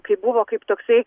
kaip buvo kaip toksai